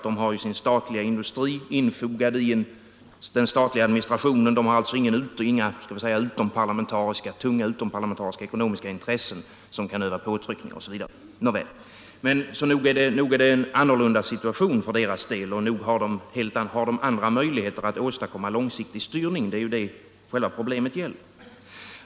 De har sin statliga industri infogad i den statliga administrationen, de har inga tunga utomparlamentariska ekonomiska intressen som kan öva påtryckningar, osv. Nog är deras situation en annan och nog har de andra möjligheter att åstadkomma långsiktig styrning — det är ju det problemet gäller.